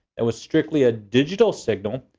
it was strictly a digital signal,